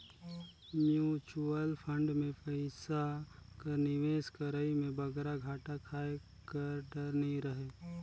mutual fund में पइसा कर निवेस करई में बगरा घाटा खाए कर डर नी रहें